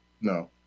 No